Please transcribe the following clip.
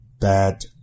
bad